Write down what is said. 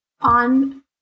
on